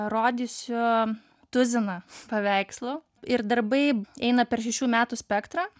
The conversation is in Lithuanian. rodysiu tuziną paveikslų ir darbai eina per šešių metų spektrą